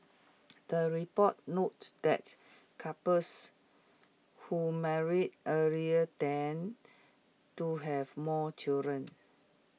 the report noted that couples who marry earlier tend to have more children